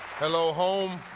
hello, home,